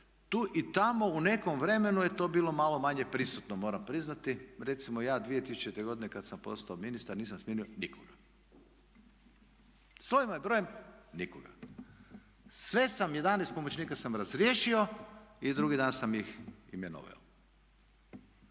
Tu i tamo u nekom vremenu je to bilo malo manje prisutno, moram priznati. Recimo ja 2000. godine kada sam postao ministar nisam smijenio nikoga. Slovima i brojem, nikoga. Sve sam, 11 pomoćnika sam razriješio i drugi dan sam ih imenovao.